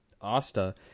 Asta